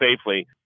safely